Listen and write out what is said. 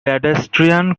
pedestrian